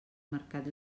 mercat